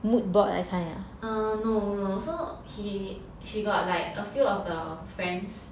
err no no so she she got like a few of her friends